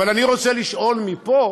אבל אני רוצה לשאול מפה